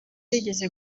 yigeze